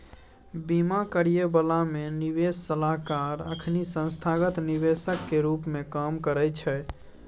बीमा करइ बला आ निवेश सलाहकार अखनी संस्थागत निवेशक के रूप में काम करइ छै